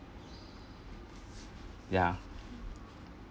ya